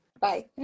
bye